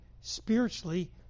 spiritually